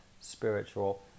spiritual